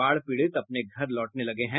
बाढ़ पीड़ित अपने घर लौटने लगे हैं